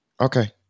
Okay